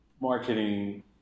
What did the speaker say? marketing